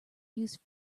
used